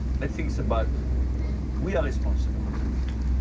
let's think about we are responsible ultimately.